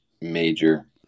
major